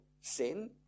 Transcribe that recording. sin